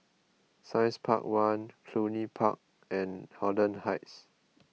Science Park one Cluny Park and Holland Heights